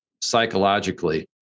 psychologically